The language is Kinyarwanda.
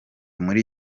muri